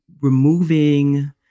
removing